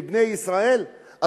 עוד מישהו אחר בעולם שהוא מבני ישראל?